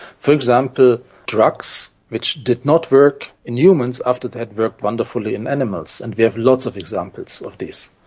for example, drugs which did not work in humans after they had worked wonderfully in animals, and we have lots of examples of this.